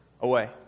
away